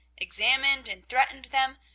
examined and threatened them,